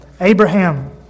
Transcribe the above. Abraham